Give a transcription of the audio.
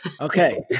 Okay